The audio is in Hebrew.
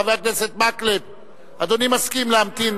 חבר הכנסת מקלב, אדוני מסכים להמתין.